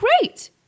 great